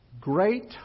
Great